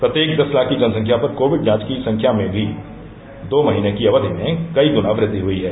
प्रत्येक दस लाख की जनसंख्या पर कोविड जांच की संख्या में भी दो महीने की अवधि में कई गुना वृद्धि हुई है